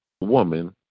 woman